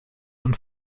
und